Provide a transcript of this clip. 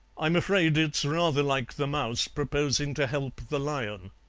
i'm afraid it's rather like the mouse proposing to help the lion.